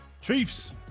Chiefs